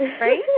right